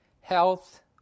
health